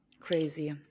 crazy